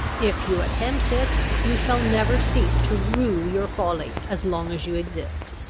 if you attempt it, you shall never cease to rue your folly as long as you exist.